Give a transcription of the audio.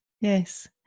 Yes